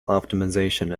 optimization